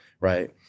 right